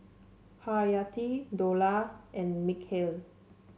Haryati Dollah and Mikhail